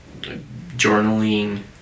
journaling